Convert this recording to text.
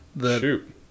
shoot